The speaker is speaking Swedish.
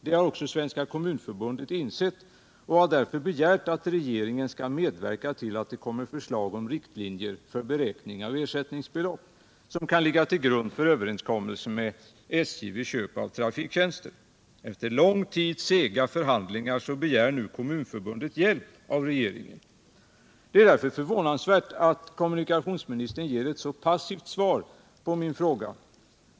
Det har också Svenska kommunförbundet insett och har därför begärt att regeringen skall medverka till att det kommer förslag om riktlinjer för beräkning av ersättningsbelopp, som kan ligga till grund för överenskommelse med SJ vid köp av trafiktjänster. Efter lång tids sega förhandlingar begär nu Kommunförbundet hjälp av regeringen. Det är därför förvånansvärt att kommunikationsministern ger ett så passivt svar på min fråga.